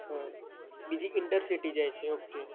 હા બીજી ઈન્ટરસિટી જાય છે ઓકે